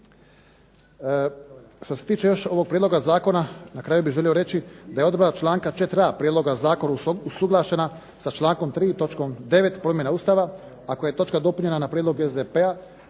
Što se tiče još ovog prijedloga zakona, na kraju bih želio reći da je odredba članka 4.a prijedloga zakona usuglašena sa člankom 3. točkom 9. promjena Ustava, a koja je točka dopunjena na prijedlog SDP-a